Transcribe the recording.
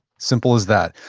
simple as that.